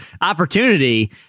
opportunity